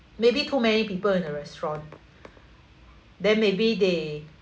maybe too many people in the restaurant then maybe they